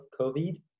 COVID